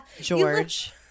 George